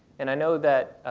and i know that